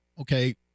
okay